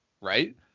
right